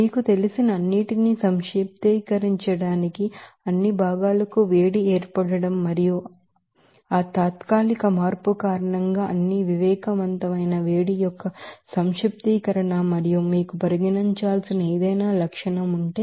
మీకు తెలిసిన అన్నింటిని సంక్షిప్తీకరించడం అన్ని భాగాలకు వేడి ఏర్పడటం మరియు ఆ తాత్కాలిక మార్పు కారణంగా అన్ని సెన్సిబిల్ హీట్ యొక్క సమ్మషన్ మరియు మీరు పరిగణించాల్సిన ఏదైనా లక్షణం ఉంటే